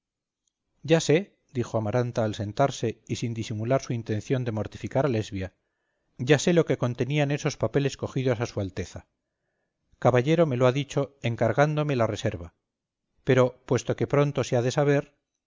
ya sé dijo amaranta al sentarse y sin disimular su intención de mortificar a lesbia ya sé lo que contenían esos papeles cogidos a s a caballero me lo ha dicho encargándome la reserva pero puesto que pronto se ha de saber